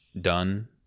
done